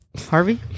Harvey